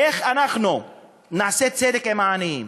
איך אנחנו נעשה צדק עם העניים,